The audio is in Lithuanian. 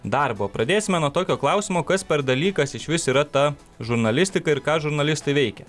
darbą o pradėsime nuo tokio klausimo kas per dalykas išvis yra ta žurnalistika ir ką žurnalistai veikia